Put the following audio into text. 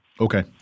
Okay